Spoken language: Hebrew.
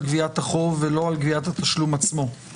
גביית החוב ולא על גביית התשלום עצמו.